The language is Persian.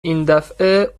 ایندفعه